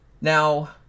Now